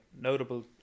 notable